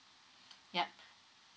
yup